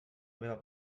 meva